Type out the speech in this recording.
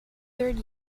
third